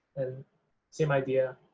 and same idea,